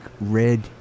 red